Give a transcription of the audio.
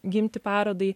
gimti parodai